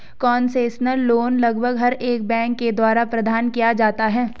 concessional loan लगभग हर एक बैंक के द्वारा प्रदान किया जाता है